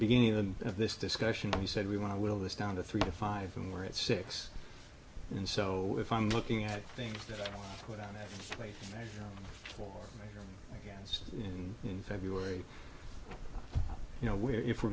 beginning of this discussion we said we want to will this down to three to five and we're at six and so if i'm looking at things without a way for yes and in february you know where if we're